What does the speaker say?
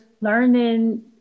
learning